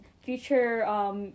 future